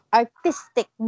artistic